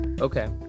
okay